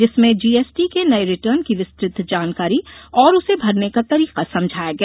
जिसमें जीएसटी के नये रिटर्न की विस्तृत जानकारी और उसे भरने का तरीका समझाया गया